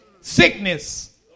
sickness